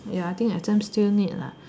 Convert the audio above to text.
ya I think exam still need lah